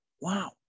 wow